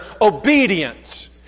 obedience